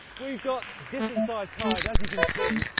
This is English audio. we've got different-sized tyres, as you can see,